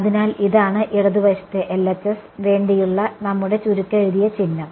അതിനാൽ ഇതാണ് ഇടതുവശത്തേക്ക് വേണ്ടിയുള്ള നമ്മുടെ ചുരുക്കെഴുതിയ ചിഹ്നം